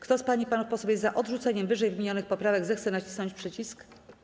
Kto z pań i panów posłów jest za odrzuceniem ww. poprawek, zechce nacisnąć przycisk.